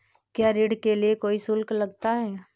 क्या ऋण के लिए कोई शुल्क लगता है?